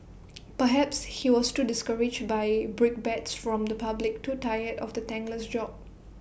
perhaps he was too discouraged by brickbats from the public too tired of the thankless job